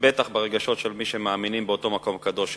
וודאי ברגשות של מי שמאמינים במקום הקדוש שנפגע,